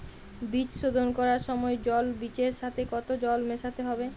বীজ শোধন করার সময় জল বীজের সাথে কতো জল মেশাতে হবে?